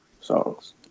songs